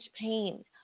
pain